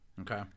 Okay